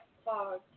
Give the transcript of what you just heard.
fog